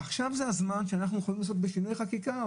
עכשיו זה הזמן שאנחנו יכולים לעשות בשינוי חקיקה,